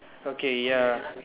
okay ya